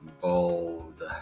BOLD